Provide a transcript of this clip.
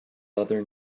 other